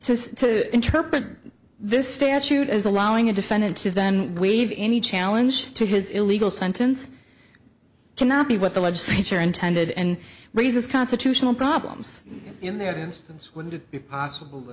as to interpret this statute as allowing a defendant to then we have any challenge to his illegal sentence cannot be what the legislature intended and raises constitutional problems in their instance wouldn't it be possible